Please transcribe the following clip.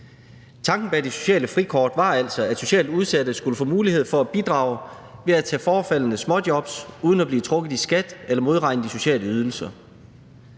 Tanken bag det sociale frikort var altså, at socialt udsatte skulle få mulighed for at bidrage ved at tage forefaldende småjobs uden at blive trukket i skat eller modregnet i sociale ydelser.